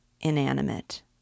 inanimate